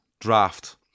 Draft